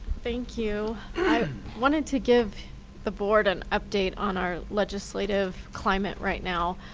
thank you. i wanted to give the board an update on our legislative climate right now.